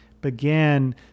began